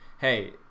hey